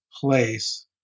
place